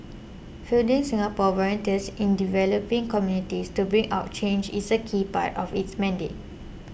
fielding Singapore volunteers in developing communities to bring about change is a key part of its mandate